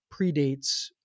predates